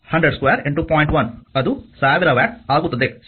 1 ಅದು 1000 ವ್ಯಾಟ್ ಆಗುತ್ತದೆ ಸರಿ